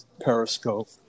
Periscope